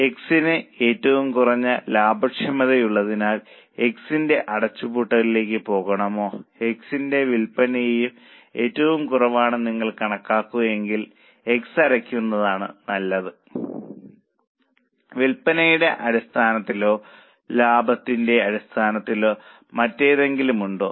X ന് ഏറ്റവും കുറഞ്ഞ ലാഭക്ഷമതയുള്ളതിനാൽ X ന്റെ അടച്ചുപൂട്ടലിലേക്ക് പോകണോ X ന്റെ വിൽപ്പനയും ഏറ്റവും കുറവാണെന്ന് നിങ്ങൾ കാണുകയാണെങ്കിൽ X അടക്കുന്നതാണ് നല്ലത് വിൽപ്പനയുടെ അടിസ്ഥാനത്തിലോ ലാഭത്തിന്റെ അടിസ്ഥാനത്തിലോ മറ്റെന്തെങ്കിലും ഉണ്ടോ